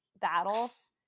battles